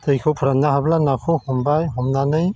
दैखौ फोराननो हाब्ला नाखौ हमबाय हमनानै